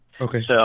Okay